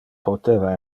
poteva